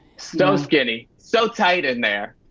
so skinny. so tight in there.